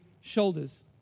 shoulders